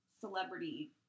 celebrity